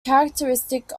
characteristic